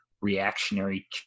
reactionary